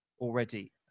already